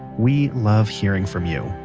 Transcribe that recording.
we love hearing from you,